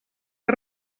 que